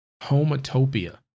Homotopia